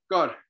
God